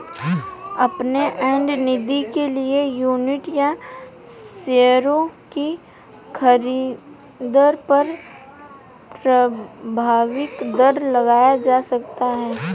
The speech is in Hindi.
ओपन एंड निधि के लिए यूनिट या शेयरों की खरीद पर प्रारम्भिक दर लगाया जा सकता है